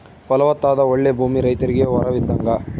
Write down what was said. ಫಲವತ್ತಾದ ಓಳ್ಳೆ ಭೂಮಿ ರೈತರಿಗೆ ವರವಿದ್ದಂಗ